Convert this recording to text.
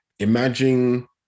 Imagine